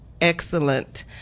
excellent